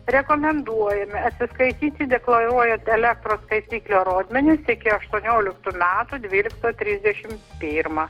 rekomenduojame atsiskaityti deklaruojant elektros skaitiklio rodmenis iki aštuonioliktų metų dvylikto trisdešim pirmą